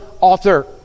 author